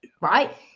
right